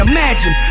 Imagine